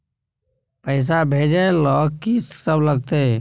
पैसा भेजै ल की सब लगतै?